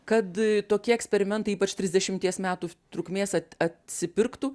kad tokie eksperimentai ypač trisdešimties metų trukmės at atsipirktų